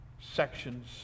sections